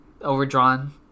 overdrawn